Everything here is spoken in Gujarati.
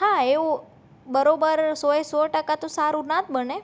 હા એવું બરોબર સો એ સો ટકા તો સારું ના જ બને